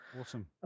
Awesome